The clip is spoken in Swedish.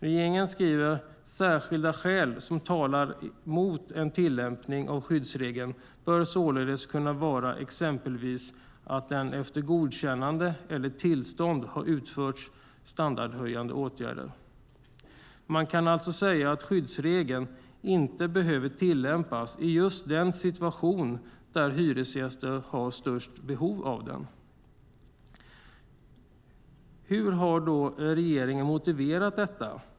Regeringen skriver: "Särskilda skäl som talar emot en tillämpning av skyddsregeln bör således kunna vara exempelvis att det efter godkännande eller tillstånd har utförts standardhöjande åtgärder". Man kan alltså säga att skyddsregeln inte behöver tillämpas i just den situation där hyresgäster har störst behov av den. Hur har då regeringen motiverat detta?